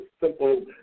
simple